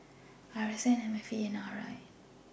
R S N M F A and R I